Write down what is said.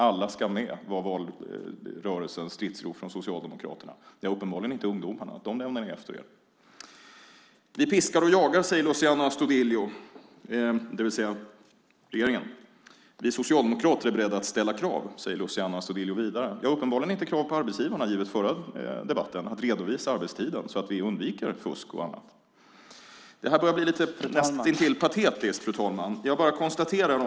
Alla ska med, var stridsropet från Socialdemokraterna under valrörelsen. Ja, uppenbarligen inte ungdomarna. Dem lämnade ni efter er. Regeringen piskar och jagar, säger Luciano Astudillo. Socialdemokraterna är beredda att ställa krav, säger Luciano Astudillo vidare. Ja, det är uppenbarligen inte krav på arbetsgivarna, givet förra debatten, att redovisa arbetstiden så att vi undviker fusk och annat. Det här börjar bli lite näst intill patetiskt, fru talman.